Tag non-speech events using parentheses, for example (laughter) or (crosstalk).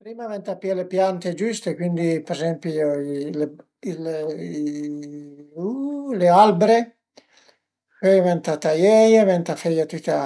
Prima ëntà pìé le piante giüste, cuindi për ezempi (hesitation) le albre, pöi ëntà taieie, ëntà feie tüte a